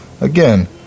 Again